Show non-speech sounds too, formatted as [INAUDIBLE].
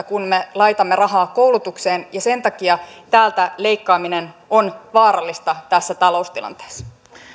[UNINTELLIGIBLE] kun me laitamme rahaa koulutukseen ja sen takia täältä leikkaaminen on vaarallista tässä taloustilanteessa